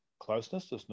Closeness